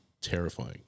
terrifying